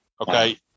Okay